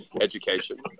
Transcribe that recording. education